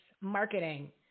marketing